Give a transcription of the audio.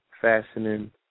fastening